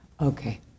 Okay